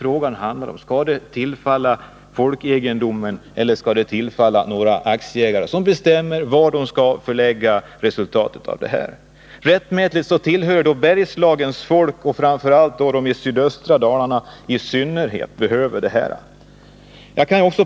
Skall fyndigheten tillföras folket eller skall vinsten tillfalla Bolidens aktieägare? Rättmätigt tillhör fyndigheten Bergslagens folk. Framför allt i sydöstra Dalarna behöver man den.